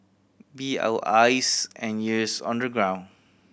be our eyes and ears on the ground